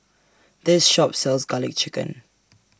This Shop sells Garlic Chicken